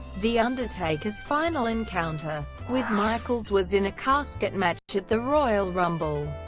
the undertaker's final encounter with michaels was in a casket match at the royal rumble.